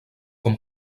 com